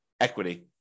equity